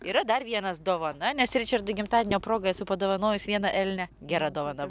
yra dar vienas dovana nes ričardui gimtadienio proga esu padovanojus vieną elnią gera dovana